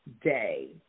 day